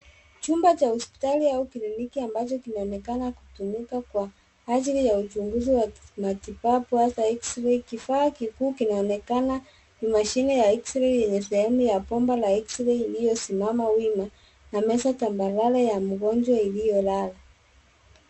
Chumba cha hospitali au kliniki ambacho kinaonekana kutumika kwa ajili ya uchuguzi wa kimatibabu au za x-ray . Kifaa kikuu kinaonekana ni mashine ya x-ray yenye sehemu ya bomba la x-ray iliyosimama wima na meza tambarare ya mgonjwa iliyolala.